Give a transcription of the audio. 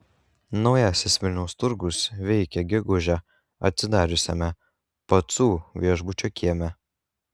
naujasis vilniaus turgus veikia gegužę atsidariusiame pacų viešbučio kieme